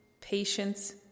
patience